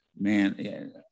man